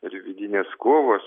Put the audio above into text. ir vidinės kovos